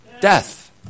death